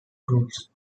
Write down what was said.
groups